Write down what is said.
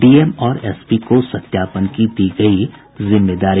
DM और SP को सत्यापन की दी गयी जिम्मेदारी